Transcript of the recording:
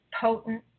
potent